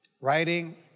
writing